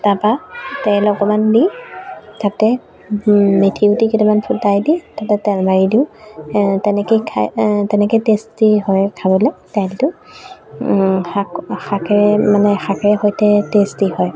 তাৰপা তেল অকমান দি তাতে মেথিগুটি কেইটামান ফুটাই দি তাতে তেল মাৰি দিওঁ তেনেকেই খাই তেনেকে টেষ্টি হয় খাবলে ডাইলটো শাক শাকেৰে মানে শাকেৰে সৈতে টেষ্টি হয়